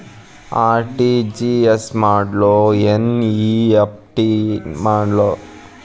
RTGS ಮಾಡ್ಲೊ NEFT ಮಾಡ್ಲೊ?